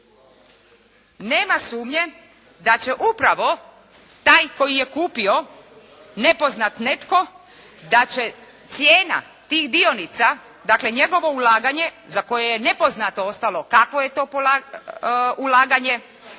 nema sumnje da će upravo taj koji je kupio nepoznat netko, da će cijena tih dionica, dakle njegovo ulaganje za koje je nepoznato ostalo kakvo je to ulaganje,